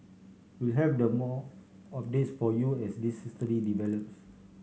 we'll have the more updates for you as this develops